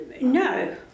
no